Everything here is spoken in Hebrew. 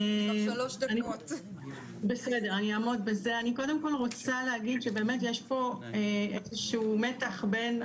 אני קודם כל רוצה להגיד שבאמת יש פה איזה שהוא מתח בין